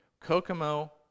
Kokomo